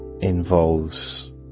involves